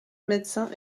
médecin